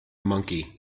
monkey